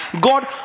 god